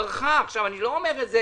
אני לא אומר את זה